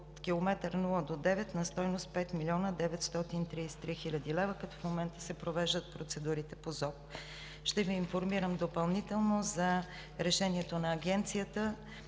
от километър 0 до 9 на стойност 5 млн. 933 хил. лв., като в момента се провеждат процедурите по ЗОП. Ще Ви информирам допълнително за решението на Агенцията